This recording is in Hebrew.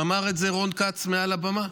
ואמר את זה רון כץ מעל הבמה,